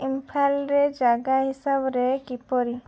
ଇମ୍ଫାଲରେ ଜାଗା ହିସାବରେ କିପରି